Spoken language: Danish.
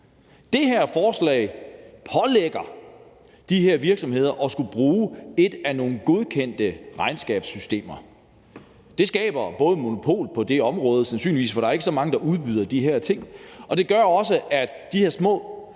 Det her forslag pålægger de her virksomheder at bruge et af nogle godkendte regnskabssystemer. Det skaber både monopol på det område – sandsynligvis, for der er ikke så mange, der udbyder de her ting – og gør også, at de her små